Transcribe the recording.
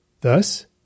Thus